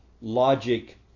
logic